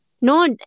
No